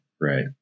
right